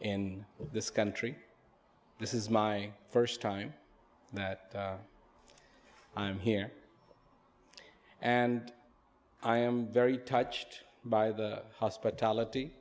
in this country this is my first time that i'm here and i am very touched by the hospitality